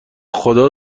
خدا